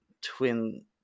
twin